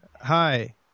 Hi